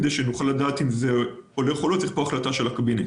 כדי שנוכל לדעת אם זה הולך או לא וזה דבר שדורש החלטה של הקבינט.